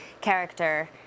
character